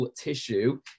tissue